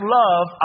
love